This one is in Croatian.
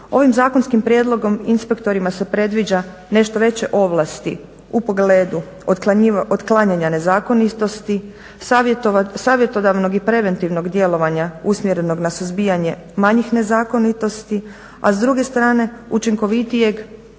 Ovim zakonskim prijedlogom inspektorima se predviđa nešto veće ovlasti u pogledu otklanjanja nezakonitosti, savjetodavnog i preventivnog djelovanja usmjerenog na suzbijanje manjih nezakonitosti, a s druge strane učinkovitijeg